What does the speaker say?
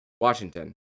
Washington